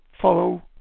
follow